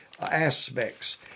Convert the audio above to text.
aspects